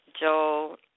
Joel